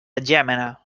llémena